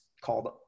called